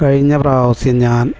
കഴിഞ്ഞ പ്രാവശ്യം ഞാൻ